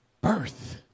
birth